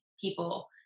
people